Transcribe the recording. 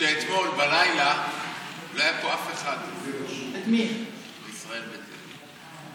שאתמול בלילה לא היה פה אף אחד מישראל מביתנו.